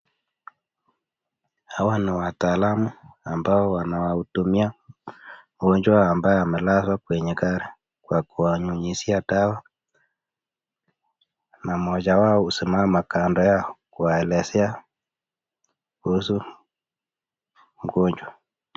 Hawa ni wataalamu ambao wanawahudumia mgonjwa ambaye amelala kwenye gari kwa kuwanyunyizia dawa na mmoja wao husimama kando yao kuwaelezea kuhusu mgonjwa.